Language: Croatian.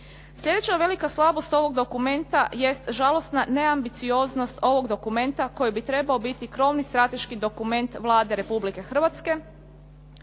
Sljedeća velika slabost ovog dokumenta jest žalosna neambicioznost ovog dokumenta koji bi trebao biti krovni strateški dokument Vlade Republike Hrvatske